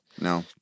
No